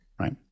right